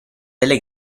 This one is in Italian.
delle